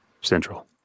Central